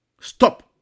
Stop